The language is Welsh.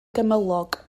gymylog